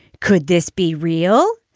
could this be real?